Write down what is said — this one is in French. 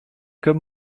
comme